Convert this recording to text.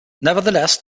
nevertheless